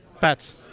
Pats